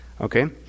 Okay